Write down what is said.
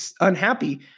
unhappy